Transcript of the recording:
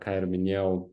ką ir minėjau